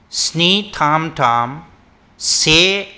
स्नि थाम थाम से